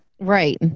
right